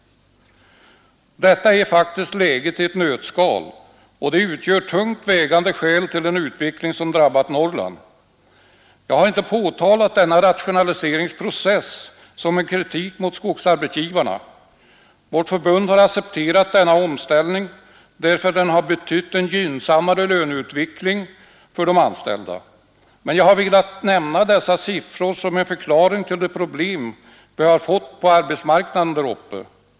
Detta är faktiskt läget i ett nötskal och utgör tungt vägande skäl till den utveckling som drabbat Norrland. Jag har inte påtalat denna rationaliseringsprocess som en kritik mot skogsarbetsgivarna. Vårt förbund har accepterat denna omställning därför att den har betytt en gynnsammare löneutveckling för de anställda. Men jag har velat nämna dessa siffror som en förklaring till de problem vi har fått på arbetsmarknaden där uppe.